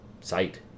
sight